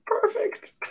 perfect